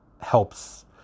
helps